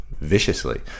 viciously